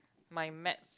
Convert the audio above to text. my maths